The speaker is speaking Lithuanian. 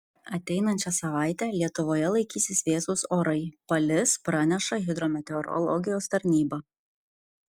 ateinančią savaitę lietuvoje laikysis vėsūs orai palis praneša hidrometeorologijos tarnyba